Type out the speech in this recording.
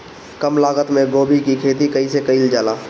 कम लागत मे गोभी की खेती कइसे कइल जाला?